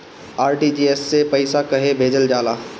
RTGS से पइसा कहे भेजल जाला?